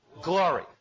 Glory